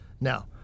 Now